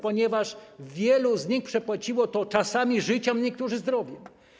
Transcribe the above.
Ponieważ wielu z nich przepłaciło to czasami życiem, a niektórzy zdrowiem.